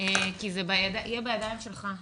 כי זה יהיה בידיים שלך.